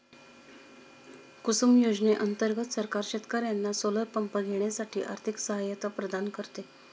कुसुम योजने अंतर्गत सरकार शेतकर्यांना सोलर पंप घेण्यासाठी आर्थिक सहायता प्रदान करते